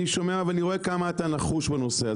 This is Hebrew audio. אני שומע ואני רואה כמה אתה נחוש בנושא,